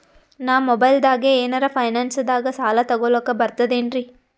ನಾ ಮೊಬೈಲ್ದಾಗೆ ಏನರ ಫೈನಾನ್ಸದಾಗ ಸಾಲ ತೊಗೊಲಕ ಬರ್ತದೇನ್ರಿ?